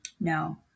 No